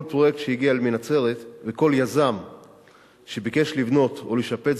כל פרויקט שהגיע מנצרת וכל יזם שביקש לבנות או לשפץ